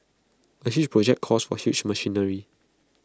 A huge project calls for huge machinery